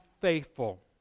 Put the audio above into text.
faithful